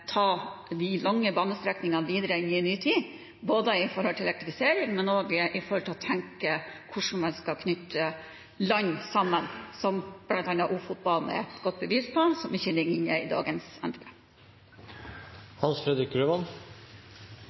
ta de lange banestrekningene videre inn i en ny tid, både når det gjelder elektrifisering og når det gjelder med tanke på hvordan man skal knytte landet sammen, noe bl.a. Ofotbanen er et godt bevis på – som ikke ligger inne i dagens